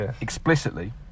explicitly